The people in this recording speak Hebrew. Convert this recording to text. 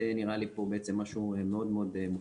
זה נראה לי פה בעצם משהו מאוד מאוד מופרז.